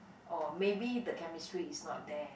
or maybe the chemistry is not there